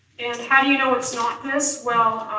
and how do you know it's not this? well,